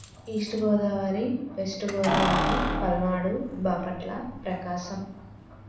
east Godavari west Godavari Palnadu Bapatla Prakasam